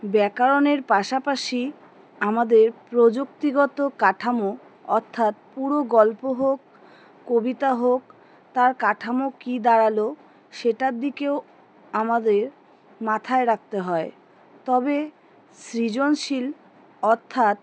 ব্যাকরণের পাশাপাশি আমাদের প্রযুক্তিগত কাঠামো অর্থাৎ পুরো গল্প হোক কবিতা হোক তার কাঠামো কী দাঁড়ালো সেটার দিকেও আমাদের মাথায় রাখতে হয় তবে সৃজনশীল অর্থাৎ